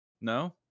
No